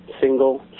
single